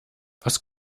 was